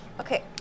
Okay